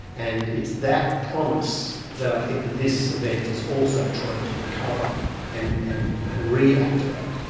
and it's that promise that i think this event is also trying to recover and and reactivate.